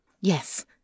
Yes